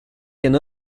can